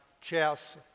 chess